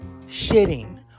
shitting